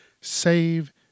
save